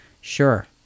Sure